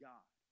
God